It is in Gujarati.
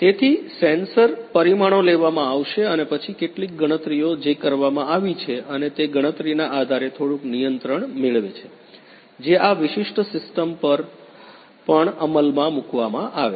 તેથી સેન્સર પરિમાણો લેવામાં આવશે અને પછી કેટલીક ગણતરીઓ જે કરવામાં આવી છે અને તે ગણતરીના આધારે થોડુક નિયંત્રણ મેળવે છે જે આ વિશિષ્ટ સીસ્ટમ પર પણ અમલમાં મૂકવામાં આવે છે